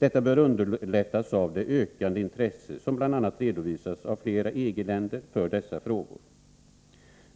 Detta bör underlättas av det ökande intresse för dessa frågor som bl.a. redovisas av flera EG-länder.